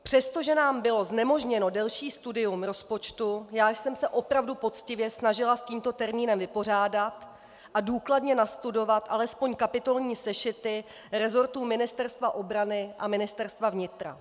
Přestože nám bylo znemožněno delší studium rozpočtu, já jsem se opravdu poctivě snažila s tímto termínem vypořádat a důkladně nastudovat alespoň kapitolní sešity resortů Ministerstva obrany a Ministerstva vnitra.